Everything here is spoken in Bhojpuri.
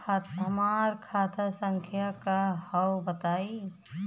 हमार खाता संख्या का हव बताई?